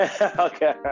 okay